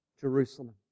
Jerusalem